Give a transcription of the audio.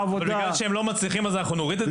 בגלל שהם לא מצליחים אז אנחנו נוריד את זה?